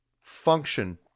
function